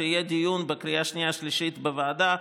כשיהיה דיון בקריאה השנייה והשלישית בוועדה,